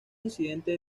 incidente